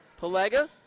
pelega